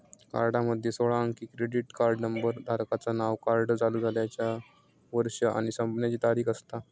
कार्डामध्ये सोळा अंकी क्रेडिट कार्ड नंबर, धारकाचा नाव, कार्ड चालू झाल्याचा वर्ष आणि संपण्याची तारीख असता